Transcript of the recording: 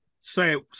say